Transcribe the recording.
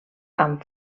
amb